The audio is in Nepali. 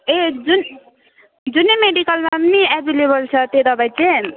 ए जुन जुनै मेडिकलमा पनि एभेलेबल छ त्यो दबाई चाहिँ